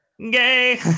Gay